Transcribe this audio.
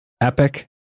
Epic